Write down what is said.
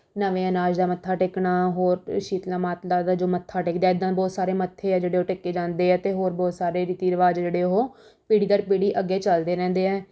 ਨਵੇਂ ਅਨਾਜ ਦਾ ਮੱਥਾ ਟੇਕਣਾ ਹੋਰ ਸ਼ੀਤਲਾ ਮਾਤਾ ਦਾ ਜੋ ਮੱਥਾ ਟੇਕਦੇ ਹੈ ਇੱਦਾਂ ਬਹੁਤ ਸਾਰੇ ਮੱਥੇ ਹੈ ਜਿਹੜੇ ਉਹ ਟੇਕੇ ਜਾਂਦੇ ਹੈ ਅਤੇ ਹੋਰ ਬਹੁਤ ਸਾਰੇ ਰੀਤੀ ਰਿਵਾਜ਼ ਜਿਹੜੇ ਉਹ ਪੀੜ੍ਹੀ ਦਰ ਪੀੜ੍ਹੀ ਅੱਗੇ ਚੱਲਦੇ ਰਹਿੰਦੇ ਹੈ